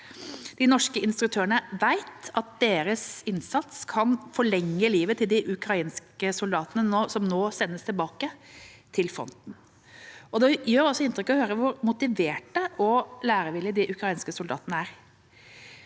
De norske instruktørene vet at deres innsats kan forlenge livet til de ukrainske soldatene som nå sendes tilbake til fronten. Det gjør også inntrykk å høre hvor motiverte og lærevillige de ukrainske soldatene er.